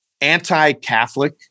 anti-Catholic